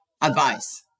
advice